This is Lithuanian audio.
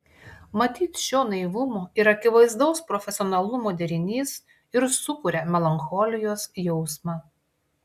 matyt šio naivumo ir akivaizdaus profesionalumo derinys ir sukuria melancholijos jausmą